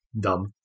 dumb